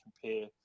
compare